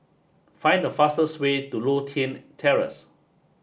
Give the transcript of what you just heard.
find the fastest way to Lothian Terrace